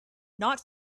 not